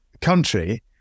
country